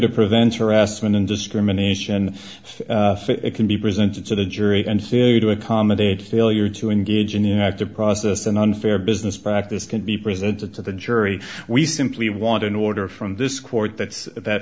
harassment and discrimination so it can be presented to the jury and to accommodate failure to engage in united the process an unfair business practice can be presented to the jury we simply want an order from this court that that